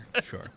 Sure